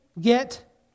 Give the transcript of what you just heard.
get